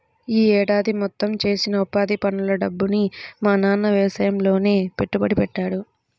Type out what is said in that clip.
యీ ఏడాది మొత్తం చేసిన ఉపాధి పనుల డబ్బుని మా నాన్న యవసాయంలోనే పెట్టుబడి పెట్టాడు